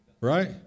Right